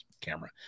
camera